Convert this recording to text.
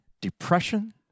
depression